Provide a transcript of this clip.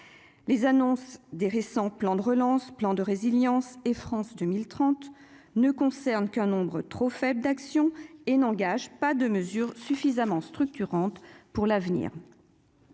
les annonces des récents plans de relance, plan de résilience et France 2030 ne concerne qu'un nombre trop faible d'action et n'engage pas de mesures suffisamment structurante pour l'avenir,